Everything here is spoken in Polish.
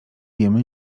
wiemy